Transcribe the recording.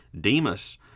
Demas